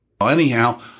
Anyhow